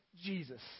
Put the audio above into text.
Jesus